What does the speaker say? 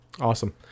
awesome